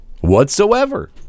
Whatsoever